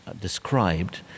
described